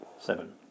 Seven